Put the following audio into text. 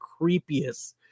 creepiest